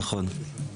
נכון.